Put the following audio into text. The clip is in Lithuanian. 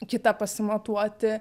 kitą pasimatuoti